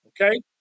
okay